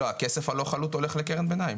לא, הכסף הלא חלוט הולך לקרן ביניים.